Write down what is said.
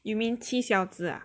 you mean 七小子 ah